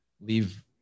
leave